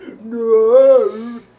No